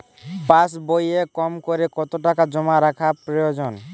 পাশবইয়ে কমকরে কত টাকা জমা রাখা প্রয়োজন?